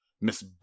Miss